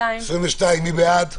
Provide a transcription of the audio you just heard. הסתייגות מס' 16. מי בעד ההסתייגות?